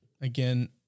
Again